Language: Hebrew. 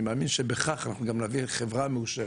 אני מאמין שבכך אנחנו גם נביא חברה מאושרת,